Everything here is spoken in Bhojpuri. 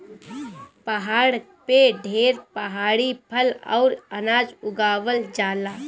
पहाड़ पे ढेर पहाड़ी फल अउरी अनाज उगावल जाला